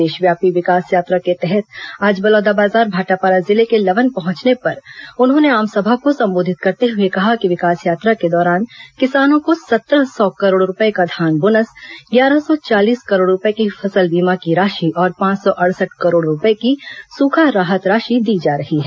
प्रदेशव्यापी विकास यात्रा के तहत आज बलौदाबाजार भाटापारा जिले के लवन पहंचने पर उन्होंने आमसभा को संबोधित करते हुए कहा कि विकास यात्रा के दौरान किसानों को सत्रह सौ करोड़ रूपये का धान बोनस ग्यारह सौ चालीस करोड़ रूपये की फसल बीमा की राशि और पांच सौ अड़सठ करोड़ रूपये की सूखा राहत राशि दी जा रही है